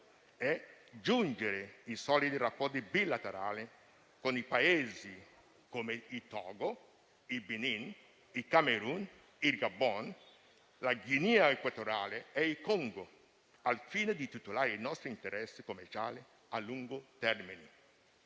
e giungere a solidi rapporti bilaterali con Paesi come il Togo, il Benin, il Camerun, il Gabon, la Guinea equatoriale e il Congo, al fine di tutelare i nostri interessi commerciali a lungo termine.